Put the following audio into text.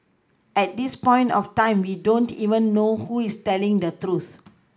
at this point of time we don't even know who is telling the truth